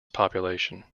population